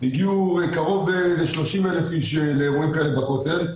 הגיעו קרוב ל-30,000 איש לאירועים כאלה בכותל,